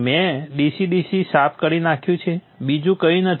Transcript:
મેં DC DC સાફ કરી નાખ્યું છે બીજું કંઈ નથી